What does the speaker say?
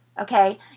okay